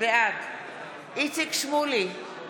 בעד איציק שמולי,